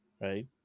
Right